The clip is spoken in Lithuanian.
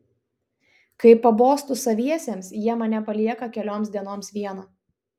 kai pabostu saviesiems jie mane palieka kelioms dienoms vieną